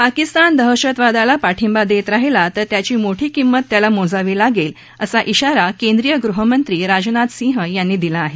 पाकिस्तान दहशतवादाला पाठिंबा देत राहिला तर त्याची मोठी किंमत त्याला मोजावी लागेल असा श्राारा केंद्रीय गृहमंत्री राजनाथ सिंह यांनी दिला आहे